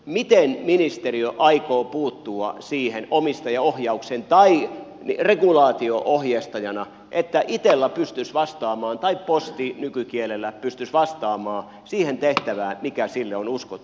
miten ministeriö aikoo puuttua siihen omistajaohjaukseen tai regulaatio ohjeistajana että itella tai posti nykykielellä pystyisi vastaamaan siihen tehtävään mikä sille on uskottu